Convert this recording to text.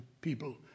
people